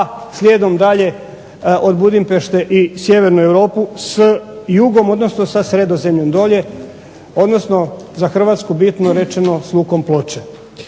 pa slijedom dalje od Budimpešte i sjevernu Europu s jugom, odnosno sa Sredozemljem dolje, odnosno za Hrvatsku bitno rečeno s lukom Ploče.